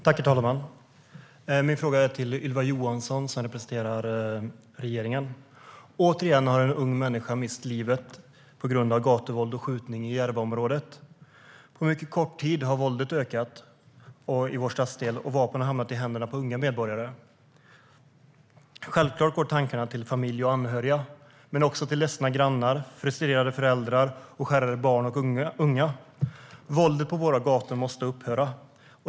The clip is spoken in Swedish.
Herr talman! Min fråga är till Ylva Johansson som representant för regeringen. Återigen har en ung människa mist livet på grund av gatuvåld och skottlossning i Järvaområdet. Våldet har ökat i vår stadsdel på mycket kort tid, och vapen har hamnat i händerna på unga medborgare. Självklart går tankarna till familj och anhöriga, men också till ledsna grannar, frustrerade föräldrar och skärrade barn och unga. Våldet på våra gator måste upphöra.